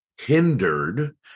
hindered